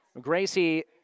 Gracie